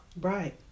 right